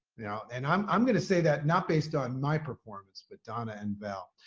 you know and i'm i'm going to say that not based on my performance, but donna and val.